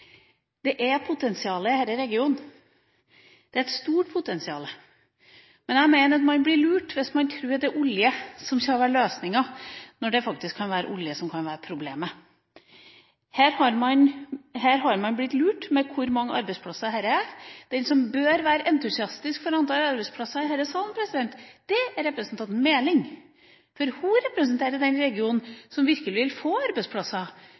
Det er næringspotensial i denne regionen – det er et stort potensial. Men jeg mener at man blir lurt hvis man tror det er olje som skal være løsningen når olje faktisk kan være problemet. Her har man blitt lurt med hensyn til hvor mange arbeidsplasser dette utgjør. Den her i salen som bør være entusiastisk for antall arbeidsplasser, er representanten Meling, for hun representerer en region som virkelig vil få arbeidsplasser